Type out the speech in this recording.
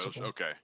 okay